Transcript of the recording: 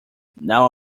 now